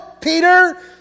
Peter